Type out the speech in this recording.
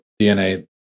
DNA